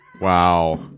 Wow